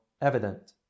evident